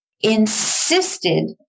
insisted